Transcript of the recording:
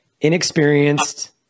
inexperienced